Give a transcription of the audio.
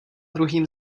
druhým